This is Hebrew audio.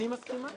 אני מסכימה איתך.